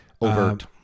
overt